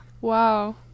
wow